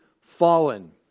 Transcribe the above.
Fallen